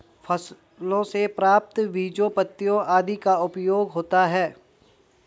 फसलों से प्राप्त बीजों पत्तियों आदि का क्या उपयोग होता है?